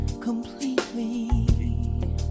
completely